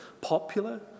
popular